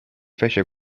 fece